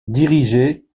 dirigée